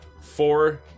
four